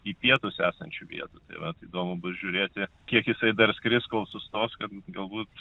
į pietus esančių vietų taip vat įdomu bus žiūrėti kiek jisai dar skris kol sustos kad galbūt